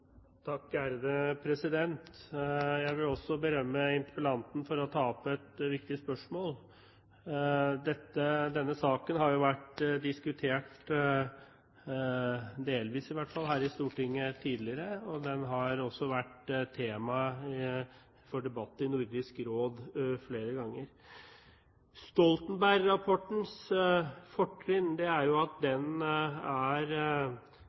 Jeg vil også berømme interpellanten for å ta opp et viktig spørsmål. Denne saken har jo vært diskutert, delvis i hvert fall, her i Stortinget tidligere. Den har også vært tema for debatt i Nordisk Råd flere ganger. Stoltenberg-rapportens fortrinn er jo at den er enkel i formen. Den er kortfattet. Den er meget konkret i innholdet. Den er